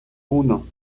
uno